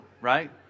right